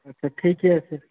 अच्छा ठीके छै